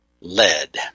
lead